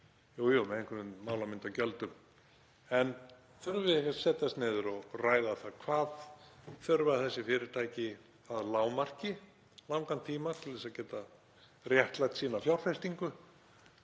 Jú, jú, með einhverjum málamyndagjöldum. Þurfum við ekki að setjast niður og ræða það: Hvað þurfa þessi fyrirtæki að lágmarki langan tíma til að geta réttlætt sínar fjárfestingu